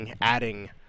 adding